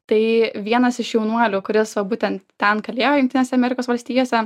tai vienas iš jaunuolių kuris va būtent ten kalėjo jungtinėse amerikos valstijose